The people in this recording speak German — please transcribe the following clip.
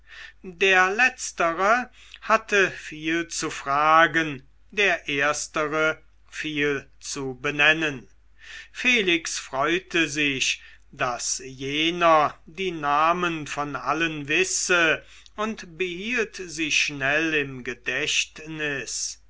der letztere hatte viel zu fragen der erstere viel zu benennen felix freute sich daß jener die namen von allen wisse und behielt sie schnell im gedächtnis